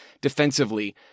defensively